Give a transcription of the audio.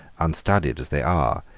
unstudied as they are,